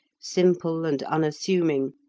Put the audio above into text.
simple and unassuming,